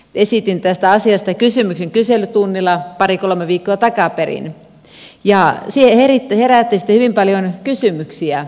esitin tästä asiasta kysymyksen kyselytunnilla pari kolme viikkoa takaperin ja se herätti hyvin paljon kysymyksiä